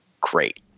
great